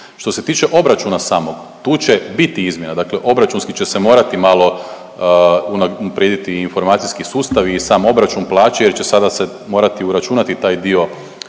Što se tiče obračuna samog, tu će biti izmjena. Dakle, obračunski će se morati malo unaprijediti informacijski sustav i sam obračun plaće jer će sada se morati uračunati taj dio